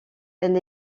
elle